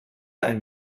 ein